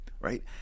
Right